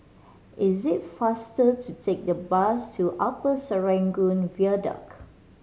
it is faster to take the bus to Upper Serangoon Viaduct